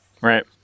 right